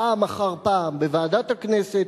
פעם אחר פעם בוועדת הכנסת,